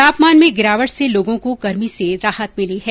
तापमान में गिरावट से लोगों को गर्मी से राहत मिली है